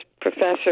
professor